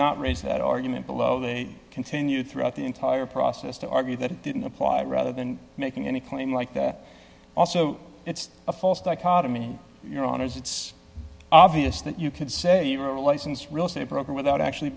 not raise that argument below they continued throughout the entire process to argue that it didn't apply rather than making any claim like that also it's a false dichotomy your honour's it's obvious that you can say you are a licensed real estate broker without actually